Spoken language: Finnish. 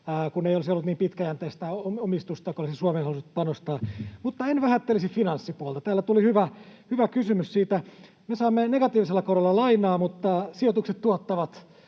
kun ei olisi ollut niin pitkäjänteistä omistusta, joka olisi Suomeen halunnut panostaa. Mutta en vähättelisi finanssipuolta. Täällä tuli hyvä kysymys siitä. Me saamme negatiivisella korolla lainaa, mutta sijoitukset tuottavat.